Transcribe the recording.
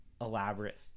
elaborate